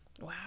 Wow